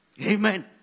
Amen